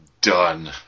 done